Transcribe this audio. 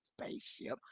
spaceship